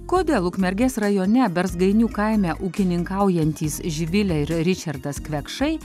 kodėl ukmergės rajone berzgainių kaime ūkininkaujantys živilė ir ričardas kvekšai